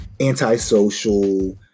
antisocial